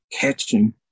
catching